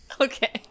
Okay